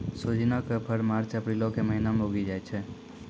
सोजिना के फर मार्च अप्रीलो के महिना मे उगि जाय छै